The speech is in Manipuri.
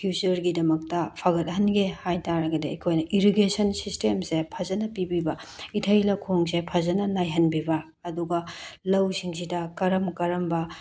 ꯐꯤꯎꯆꯔꯒꯤꯗꯃꯛꯇ ꯐꯒꯠꯍꯟꯒꯦ ꯍꯥꯏꯇꯥꯔꯒꯗꯤ ꯑꯩꯈꯣꯏꯅ ꯏꯔꯤꯒꯦꯁꯟ ꯁꯤꯁꯇꯦꯝꯁꯦ ꯐꯖꯅ ꯄꯤꯕꯤꯕ ꯏꯊꯩ ꯂꯧꯈꯣꯡꯁꯦ ꯐꯖꯅ ꯂꯩꯍꯟꯕꯤꯕ ꯑꯗꯨꯒ ꯂꯧꯁꯤꯡꯁꯤꯗ ꯀꯔꯝ ꯀꯔꯝꯕ